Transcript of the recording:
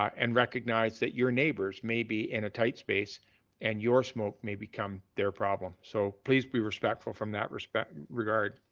and recognize that your neighbors may be in a tight space and your smoke may become their problem. so please be respectful from that regard.